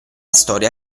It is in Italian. storia